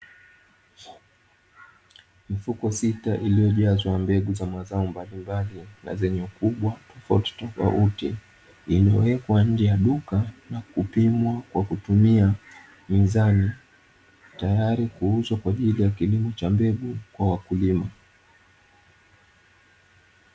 Mifuko sita iliyojazwa mbegu za mazao mbalimbali, na zenye ukubwa tofautitofauti, iliyowekwa nje ya duka na kupimwa kwa kutumia mizani, tayari kuuzwa kwa ajili ya kilimo cha mbegu kwa wakulima.